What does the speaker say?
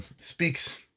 speaks